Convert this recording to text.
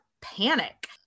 panic